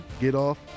get-off